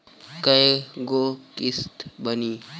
कय गो किस्त बानी?